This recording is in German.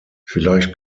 vielleicht